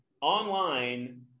online